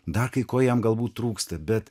dar kai ko jam galbūt trūksta bet